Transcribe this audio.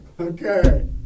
Okay